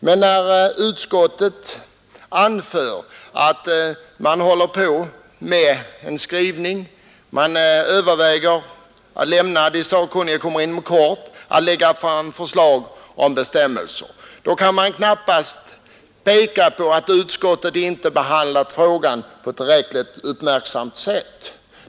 Men som utskottet anför håller sakkunniga på med en utredning, och man kommer inom kort att lägga fram förslag om bestämmelser. Det kan därför knappast sägas att utskottet inte behandlat frågan på ett tillräckligt uppmärksamt sätt.